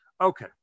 Okay